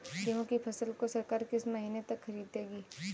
गेहूँ की फसल को सरकार किस महीने तक खरीदेगी?